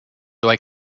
though